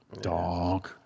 Dog